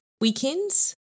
weekends